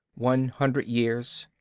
one hundred years,